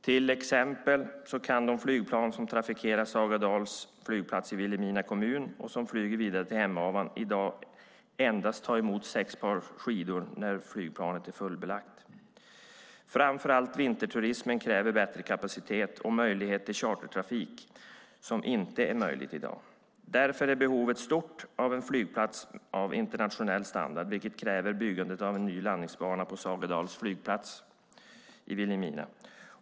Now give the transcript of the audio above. Till exempel kan de flygplan som trafikerar Sagadals flygplats i Vilhelmina kommun och som flyger vidare till Hemavan endast ta emot sex par skidor när flygplanet är fullbelagt. Framför allt vinterturismen kräver bättre kapacitet och möjlighet till chartertrafik, vilket inte är möjligt i dag. Därför är behovet stort av en flygplats av internationell standard, och det kräver byggandet av en ny landningsbana på Sagadals flygplats i Vilhelmina.